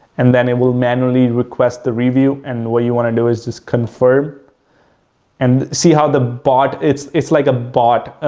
and then it will manually request the review. and what you want to do is just confirm and see how the bot, it's it's like a bot.